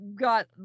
got